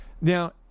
Now